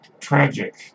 tragic